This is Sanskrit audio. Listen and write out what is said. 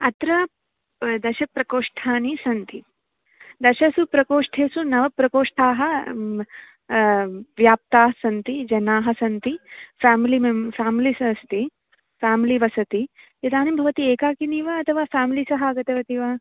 अत्र दशप्रकोष्ठानि सन्ति दशसु प्रकोष्ठेष नव प्रकोष्ठाः म् व्याप्तास्सन्ति जनाः सन्ति फ़्यामिलि मेम् फ़्यामिलिस् अस्ति फ़्यामिलि वसति इदानीं भवति एकाकिनि वा अथवा फ़्यामिलि सः आगतवति वा